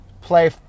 play